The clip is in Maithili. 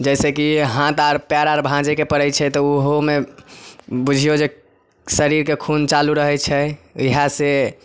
जैसेकी हाँथ आर पएर आर भाँजैके पड़ै छै ओहोमे बुझिऔ जे शरीरके खून चालू रहै छै इएह से